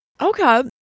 Okay